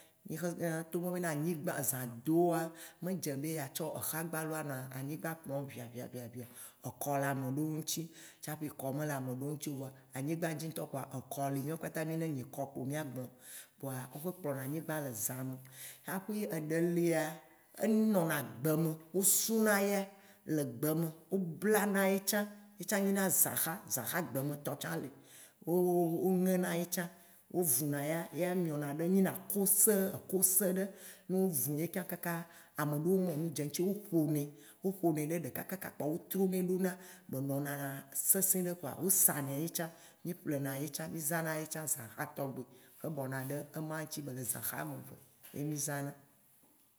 togbɔ be anyigbã ezã doa, me dze, be atsɔ exa gbalo anɔ anyigbã kplɔm ʋia ʋia ʋia ʋia o. Ekɔ le ameɖewo ŋti tsaƒe kɔ mele ameɖewo ŋti o, vɔa anyigbã dzi ŋtɔ kpoa ekɔ li, mìakpata mì ne nyi kɔ kpo mìagblɔ. Vɔa wo me kplɔna anyigbã le zã me o. Aƒi eɖe lia, enɔna gbe me, wo suna eya le egbe me, wo bla na ye tsã, ye tsã nyina zãxa. Zãxa gbemetɔ tsã li. Wo ŋena ye tsã, wo vu na ya, ya miɔ na ɖe nyina kose, kose ɖe. Ne wovu ya kakaaa, ameɖewo mɔ nu dze ŋti, wo ƒo nɛ, wo ƒonɛ ɖoɖe kakaka kpoa wo tro nɛ ɖo na be nɔna sesẽ ɖe kpoa wo sana ye tsã, mì ƒlena ye tsã, mì zãna ye tsã zãxa tɔgbi xe bɔ na ɖe ema ŋti be le zãxa ameve ye mì zãna.